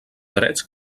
drets